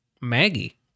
Maggie